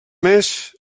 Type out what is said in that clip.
més